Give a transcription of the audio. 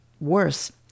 worse